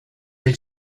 del